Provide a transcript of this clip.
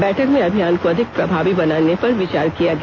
बैठक में अभियान को अधिक प्रभावी बनाने पर विचार किया गया